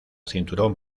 cinturón